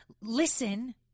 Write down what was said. listen